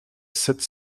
sept